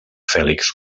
fèlix